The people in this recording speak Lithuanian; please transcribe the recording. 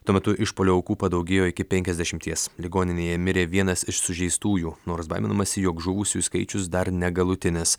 tuo metu išpuolio aukų padaugėjo iki penkiasdešimties ligoninėje mirė vienas iš sužeistųjų nors baiminamasi jog žuvusiųjų skaičius dar negalutinis